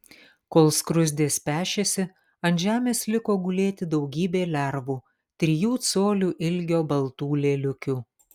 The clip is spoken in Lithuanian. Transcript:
kol skruzdės pešėsi ant žemės liko gulėti daugybė lervų trijų colių ilgio baltų lėliukių